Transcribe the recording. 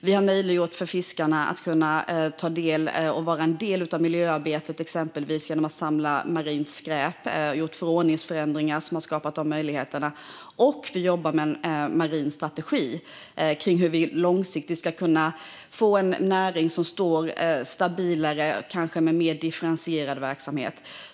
Vi har möjliggjort för fiskarna att vara en del av miljöarbetet, exempelvis genom att samla marint skräp, och gjort förordningsförändringar som har skapat de möjligheterna. Vi jobbar också med en marin strategi för hur vi långsiktigt ska kunna få en näring som står stabilare, kanske med mer differentierad verksamhet.